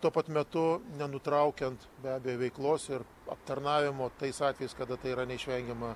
tuo pat metu nenutraukiant be abejo veiklos ir aptarnavimo tais atvejais kada tai yra neišvengiama